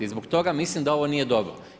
I zbog toga mislim da ovo nije dobro.